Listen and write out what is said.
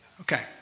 Okay